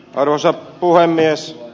arvoisa puhemies